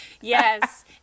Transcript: Yes